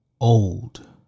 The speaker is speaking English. old